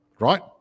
right